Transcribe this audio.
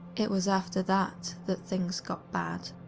it was after that that things got bad.